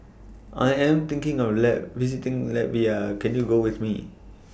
I Am thinking of visiting Latvia Can YOU Go with Me